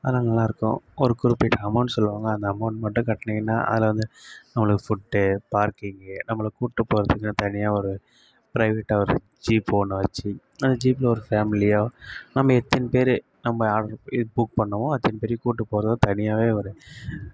அதெலாம் நல்லா இருக்கும் ஒரு குறிப்பிட்ட அமௌண்ட் சொல்லுவாங்க அந்த அமௌண்ட் மட்டும் கட்டுனீங்கனா அதில் வந்து நம்மளுக்கு ஃபுட்டு பார்க்கிங்கு நம்மளை கூட்டு போகறதுக்குனு தனியாக ஒரு பிரைவேட்டாக ஒரு ஜீப் ஒன்று வச்சு அந்த ஜீப்பில் ஒரு ஃபேமிலியாக நம்ம எத்தனை பேர் நம்ம புக் பண்ணோமோ அத்தனை பேரையும் கூட்டு போறதாக தனியாகவே ஒரு